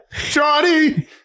johnny